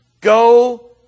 go